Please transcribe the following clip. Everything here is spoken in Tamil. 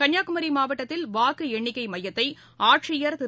கள்னியாகுமரி மாவட்டத்தில் வாக்கு என்னிக்கை மையத்தை ஆட்சியர் திரு